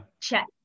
check